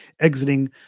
exiting